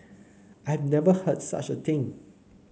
I've never heard of such a thing